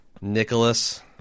nicholas